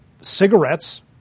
cigarettes